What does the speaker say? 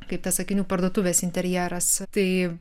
kaip tas akinių parduotuvės interjeras tai